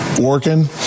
working